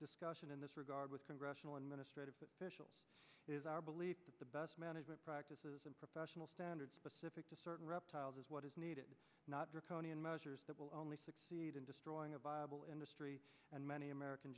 discussion in this regard with congressional and ministry officials is our belief that the best management practices and professional standards specific to certain reptiles is what is needed not draconian measures that will only succeed in destroying a viable industry and many american